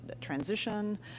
transition